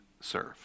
serve